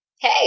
Hey